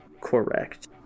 Correct